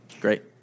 Great